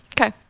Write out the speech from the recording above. Okay